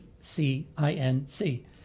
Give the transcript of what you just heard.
C-I-N-C